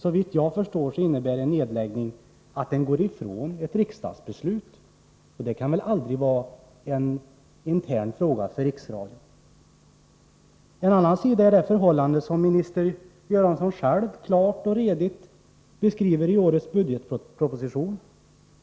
Såvitt jag förstår innebär en nedläggning att man går ifrån ett riksdagsbeslut, och en sådan åtgärd kan väl aldrig vara en intern fråga för Riksradion. En annan sida är det förhållande som statsrådet Göransson själv klart och redigt beskriver i årets budgetproposition.